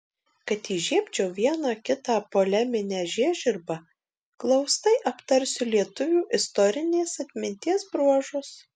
kad įžiebčiau vieną kitą poleminę žiežirbą glaustai aptarsiu lietuvių istorinės atminties bruožus